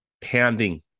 Pounding